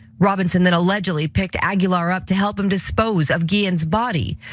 robinson that allegedly picked aguilar up to help him dispose of guillen body.